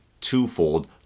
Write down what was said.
twofold